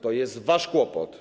To jest wasz kłopot.